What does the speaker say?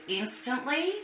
instantly